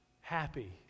happy